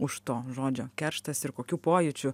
už to žodžio kerštas ir kokių pojūčių